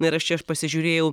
na ir aš čia aš pasižiūrėjau